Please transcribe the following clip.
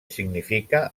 significa